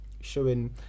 showing